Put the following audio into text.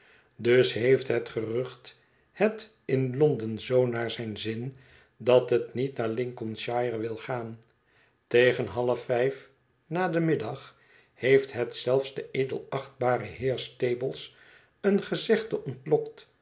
dus heeft het gerucht het in ij o n d e n zoo naar zijn zin dat het niet naar lincolnshire wil gaan tegen half vijf na den middag heeft het zelfs den edelachtbaren heer stables een gezegde ontlokt